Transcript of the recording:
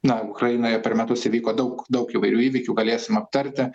na ukrainoje per metus įvyko daug daug įvairių įvykių galėsim aptarti